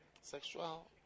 Sexual